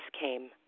came